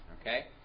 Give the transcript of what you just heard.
okay